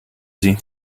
sie